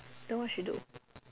then what she do